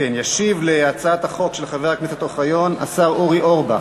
ישיב על הצעת החוק של חבר הכנסת אוחיון השר אורי אורבך.